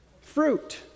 fruit